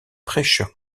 prêcheur